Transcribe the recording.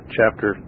Chapter